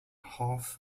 half